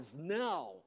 Now